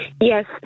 Yes